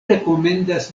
rekomendas